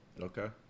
Okay